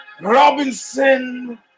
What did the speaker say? Robinson